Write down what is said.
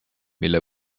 mille